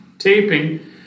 taping